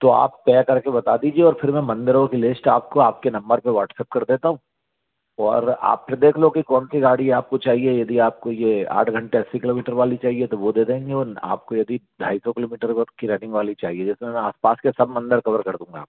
तो आप तेय कर के बता दीजिए और फिर मैं मंदिरों की लिस्ट आपको आपके नंबर पर व्हाट्सएप कर देता हूँ और आप भी देख लो कि कौन सी गाड़ी आपको चाहिए यदि आपको यें आठ घंटे अस्सी किलोमीटर वाली चाहिए तो वो दे देंगे और आपको यदि ढाई सौ किलोमीटर वर्थ की रनिंग वाली चाहिए जिसमें आस पास के सब मंदिर कवर कर दूँगा